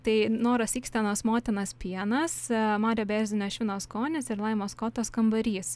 tai noros ikstenos motinas pienas mario berzinio švino skonis ir laimos kotos kambarys